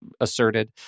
asserted